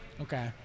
Okay